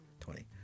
twenty